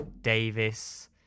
Davis